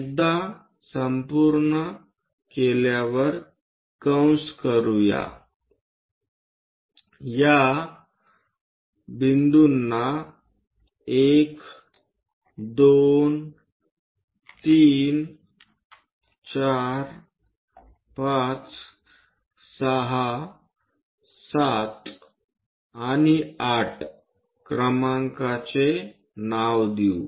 एकदा संपूर्ण केल्यावर कंस करूया या 1 2 3 4 5 6 7 आणि 8 क्रमांकाचे नाव देऊ